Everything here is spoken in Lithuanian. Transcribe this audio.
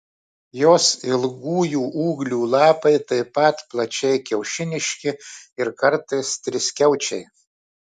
jos ilgųjų ūglių lapai taip pat plačiai kiaušiniški ir kartais triskiaučiai